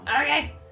Okay